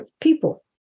people